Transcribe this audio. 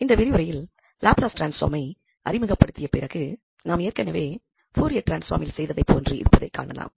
இந்த விரிவுரையில் லாப்லஸ் டிரான்ஸ்பார்மை அறிமுகப் படுத்திய பிறகு நாம் ஏற்கெனவே ஃபூரியர் டிரான்ஸ்பார்மில் செய்ததைப் போன்று இருப்பதைக்காணலாம்